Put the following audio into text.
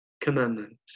commandments